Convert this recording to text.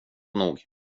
nog